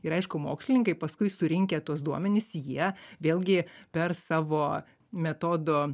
ir aišku mokslininkai paskui surinkę tuos duomenis jie vėlgi per savo metodo